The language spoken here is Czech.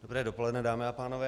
Dobré dopoledne dámy a pánové.